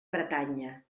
bretanya